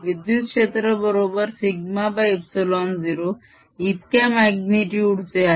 विद्युत क्षेत्र बरोबर σε0 इतक्या माग्नितुड चे आहे